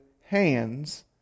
hands